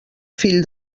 fill